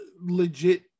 legit